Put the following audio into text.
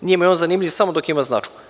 Njima je on zanimljiv samo dok ima značku.